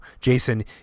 Jason